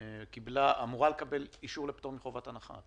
אמורה לקבל אישור לפטור מחובת הנחה.